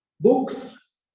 books